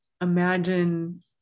Imagine